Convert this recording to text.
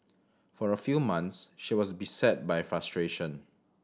for a few months she was beset by frustration